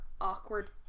awkward